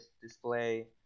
display